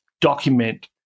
document